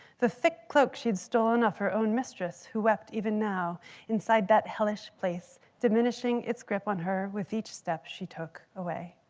the thick cloak she'd stolen off her own mistress, who wept even now inside that hellish place, diminishing its grip on her with each step she took away.